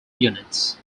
units